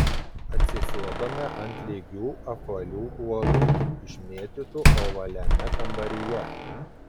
atsisėdome ant lygių apvalių uolų išmėtytų ovaliame kambaryje